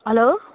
hello